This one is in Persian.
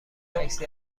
عکسی